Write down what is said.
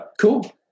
Cool